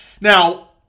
Now